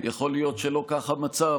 ויכול להיות שלא כך המצב.